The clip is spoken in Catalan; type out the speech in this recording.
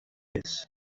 hagués